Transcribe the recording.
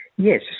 Yes